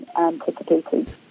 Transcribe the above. anticipated